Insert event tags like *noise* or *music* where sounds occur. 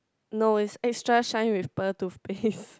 no it's extra shine with pearl toothpaste *laughs*